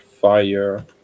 fire